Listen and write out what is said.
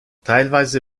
teilweise